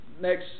next